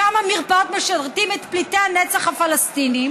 כמה מרפאות משרתות את פליטי הנצח הפלסטינים